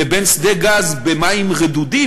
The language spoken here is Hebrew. ובין שדה גז במים רדודים,